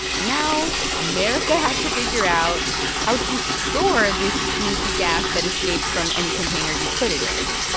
and now america has to figure out how to store this sneaky gas that escapes from any container you put it in.